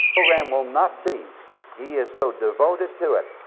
program will not cease. he is so devoted to it,